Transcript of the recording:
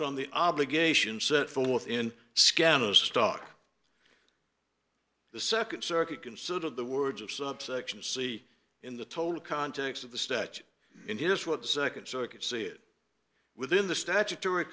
from the obligation set forth in scandalous stock the second circuit considered the words of subsection c in the total context of the statute in here's what the second circuit see it within the statutory